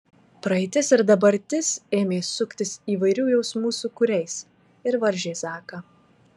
praeitis ir dabartis ėmė suktis įvairių jausmų sūkuriais ir varžė zaką